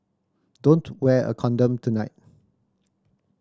don't wear a condom tonight